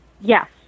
yes